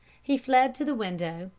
he flew to the window,